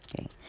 Okay